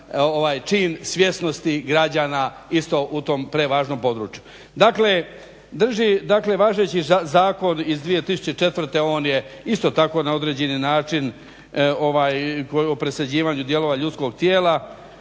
čin svjesnosti građana isto u tom prevažnom području. Dakle, drži dakle važeći zakon iz 2004., on je isto tako na određeni način o presađivanju dijelova ljudskog tijela